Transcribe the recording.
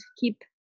keep